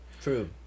True